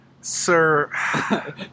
sir